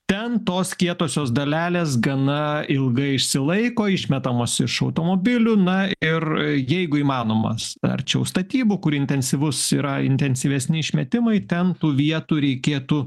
ten tos kietosios dalelės gana ilgai išsilaiko išmetamos iš automobilių na ir jeigu įmanoma arčiau statybų kur intensyvus yra intensyvesni išmetimai ten tų vietų reikėtų